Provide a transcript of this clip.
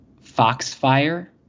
Foxfire